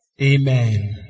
Amen